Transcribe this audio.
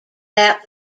out